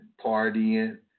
partying